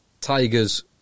Tigers